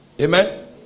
Amen